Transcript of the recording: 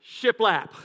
shiplap